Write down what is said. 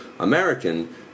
American